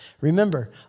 Remember